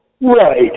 Right